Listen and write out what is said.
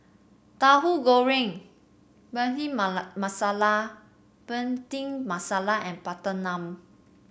Tahu Goreng masala Bhindi Masala and butter naan